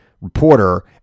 reporter